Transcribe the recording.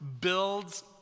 builds